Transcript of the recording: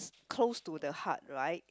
close to the heart right